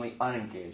unengaged